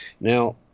Now